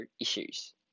issues